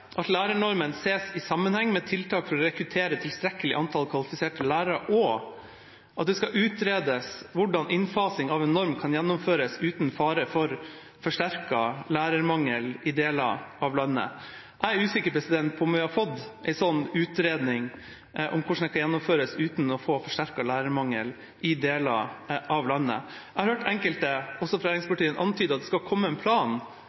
at lærernormen skal «sees i sammenheng med tiltak for å rekruttere et tilstrekkelig antall kvalifiserte lærere», og at det skal «utredes hvordan innfasingen av en norm kan gjennomføres uten fare for forsterket lærermangel i deler av landet». Jeg er usikker på om vi har fått en utredning om hvordan den kan gjennomføres uten å få forsterket lærermangel i deler av landet. Jeg har hørt enkelte, også fra regjeringspartiene, antyde at det skal komme en plan